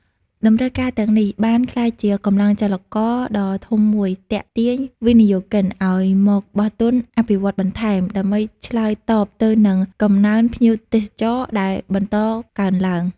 តម្រូវការទាំងនេះបានក្លាយជាកម្លាំងចលករដ៏ធំមួយទាក់ទាញវិនិយោគិនឲ្យមកបោះទុនអភិវឌ្ឍន៍បន្ថែម ដើម្បីឆ្លើយតបទៅនឹងកំណើនភ្ញៀវទេសចរដែលបន្តកើនឡើង។